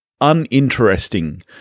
uninteresting